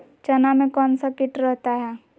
चना में कौन सा किट रहता है?